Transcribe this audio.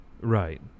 Right